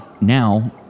Now